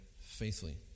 faithfully